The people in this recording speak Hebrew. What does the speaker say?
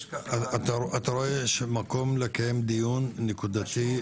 ככה --- אתה רואה מקום לקיים דיון נקודתי?